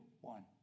one